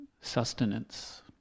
sustenance